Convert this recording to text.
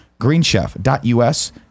greenchef.us